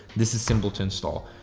this is simple to install.